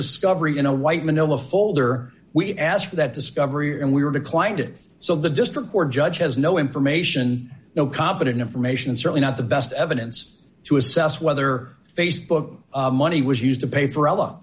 discovery in a white manila folder we asked for that discovery and we were declined it so the district court judge has no information no competent information certainly not the best evidence to assess whether facebook money was used to pay for ella